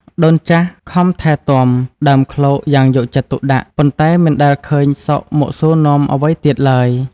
ដូនចាស់ខំថែទាំដើមឃ្លោកយ៉ាងយកចិត្តទុកដាក់ ប៉ុន្តែមិនដែលឃើញសុខមកសួរនាំអ្វីទៀតឡើយ។